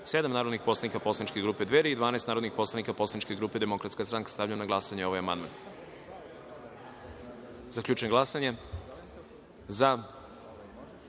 narodnih poslanik poslaničke grupe Dveri i 12 narodnih poslanika poslaničke grupe Demokratska stranka. Stavljam na glasanje ovaj amandman. Zaključujem glasanje